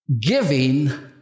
giving